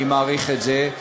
אני מעריך את זה,